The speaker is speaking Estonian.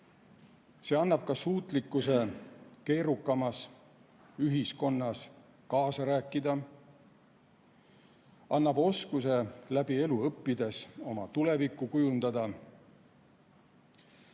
See annab ka suutlikkuse keerukamas ühiskonnas kaasa rääkida, annab oskuse läbi elu õppides oma tulevikku kujundada.